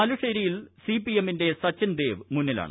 ബാലുശ്ശേരിയിൽ സിപിഎമ്മിന്റെ സച്ചിൻ ദേവ് മുന്നിലാണ്